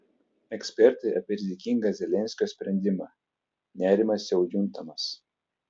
ekspertai apie rizikingą zelenskio sprendimą nerimas jau juntamas